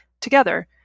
Together